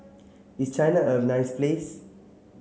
is China a nice place